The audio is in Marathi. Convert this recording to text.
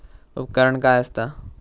उपकरण काय असता?